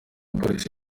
polisi